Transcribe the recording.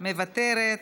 מוותרת.